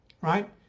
right